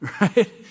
Right